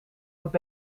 wordt